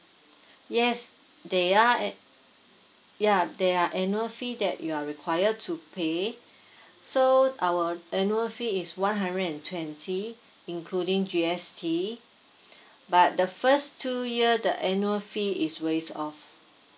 yes they are yeah there are annual fee that you are require to pay so our annual fee is one hundred and twenty including G_S_T but the first two year the annual fee is waived of